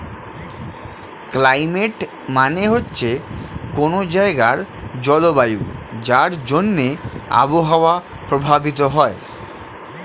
climate মানে হচ্ছে কোনো জায়গার জলবায়ু যার জন্যে আবহাওয়া প্রভাবিত হয়